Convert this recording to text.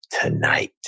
tonight